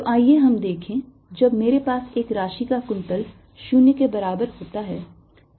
तो आइए हम देखें जब मेरे पास एक राशि का कुंतल 0 के बराबर होता है